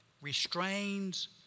restrains